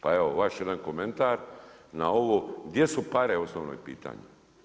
Pa evo, vaš jedan komentar na ovo gdje su pare osnovno je pitanje?